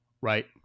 Right